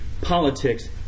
politics